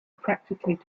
practically